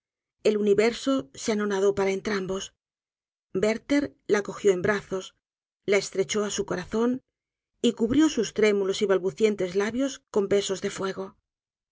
el universo se anonadó para entrambos werther la cogió en brazos la estrechó á su corazón y cubrió sus trémulos y balbucientes labios con besos de fuego